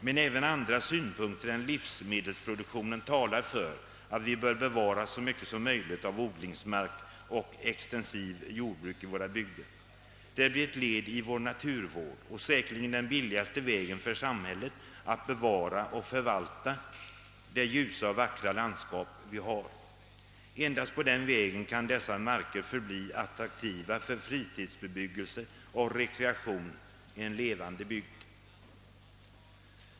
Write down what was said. Men även andra synpunkter än livsmedelsproduktionen talar för att vi bör bevara så mycket som möjiligt av odlingsmark och extensivt jordbruk i våra bygder. Det blir ett led i vår naturvård och säkerligen den billigaste vägen för samhället att bevara och förvalta det ljusa och vackra landskap vi har. Endast på den vägen kan dessa marker förbli attraktiva för fritidsbebyggelse och rekreation, en levande bygd.